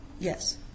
Yes